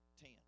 Ten